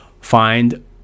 Find